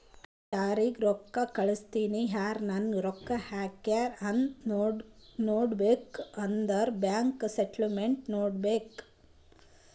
ಯಾರಿಗ್ ರೊಕ್ಕಾ ಕಳ್ಸಿನಿ, ಯಾರ್ ನಂಗ್ ರೊಕ್ಕಾ ಹಾಕ್ಯಾರ್ ಅಂತ್ ನೋಡ್ಬೇಕ್ ಅಂದುರ್ ಬ್ಯಾಂಕ್ ಸ್ಟೇಟ್ಮೆಂಟ್ ನೋಡ್ಬೇಕ್